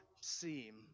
seem